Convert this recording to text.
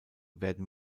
werden